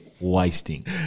wasting